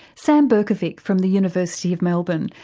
sam berkovic from the university of melbourne,